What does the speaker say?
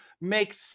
makes